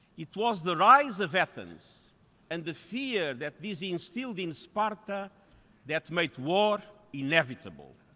it was the rise of athens and the fear that this instilled in sparta that made war inevitable.